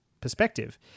perspective